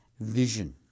vision